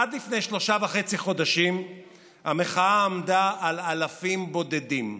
עד לפני שלושה וחצי חודשים המחאה עמדה על אלפים בודדים,